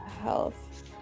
health